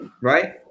Right